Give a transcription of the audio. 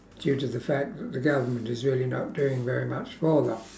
due to the fact that the government is really not doing very much for them